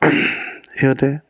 সিহঁতে